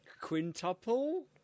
quintuple